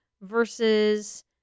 versus